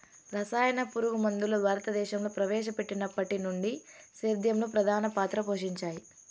రసాయన పురుగుమందులు భారతదేశంలో ప్రవేశపెట్టినప్పటి నుండి సేద్యంలో ప్రధాన పాత్ర పోషించాయి